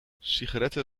sigaretten